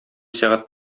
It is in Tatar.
сәгать